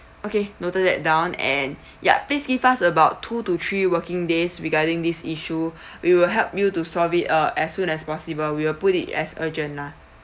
okay noted that down and yup please give us about two to three working days regarding this issue we will help you to solve it uh as soon as possible we will put it as urgent lah